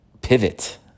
pivot